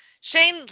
Shane